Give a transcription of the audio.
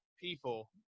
people